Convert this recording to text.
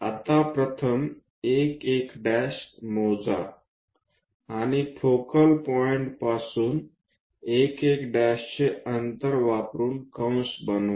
आता प्रथम 1 1 मोजा आणि फोकल पॉईंट पासून 1 1 चे अंतर वापरून कंस बनवा